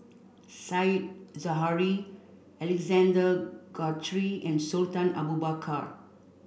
Said Zahari Alexander Guthrie and Sultan Abu Bakar